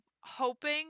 hoping